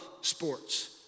sports